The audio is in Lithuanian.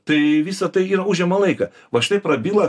tai visa tai užema laiką va štai prabyla